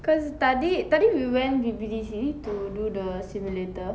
cause tadi tadi we went B_B_D_C to do the simulator